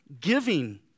giving